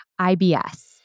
IBS